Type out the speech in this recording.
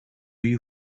you